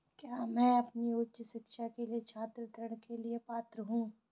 क्या मैं अपनी उच्च शिक्षा के लिए छात्र ऋण के लिए पात्र हूँ?